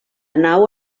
nau